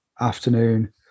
afternoon